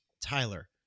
Tyler